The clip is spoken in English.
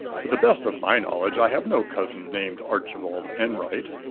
to the best of my knowledge, i have no cousin named archibald enwright.